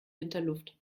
winterluft